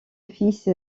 fils